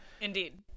Indeed